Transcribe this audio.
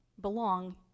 belong